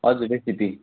हजुर रेसिपी